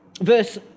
Verse